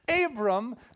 Abram